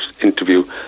interview